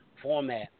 format